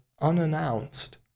unannounced